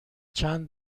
چند